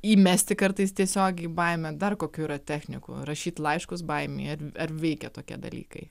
įmesti kartais tiesiog į baimę dar kokių yra technikų rašyt laiškus baimei ar ar veikia tokie dalykai